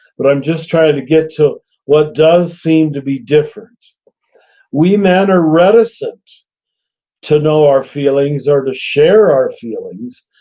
but i'm just trying to get to what does seem to be different we men are reticent to know our feelings or to share our feelings,